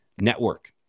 Network